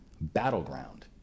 battleground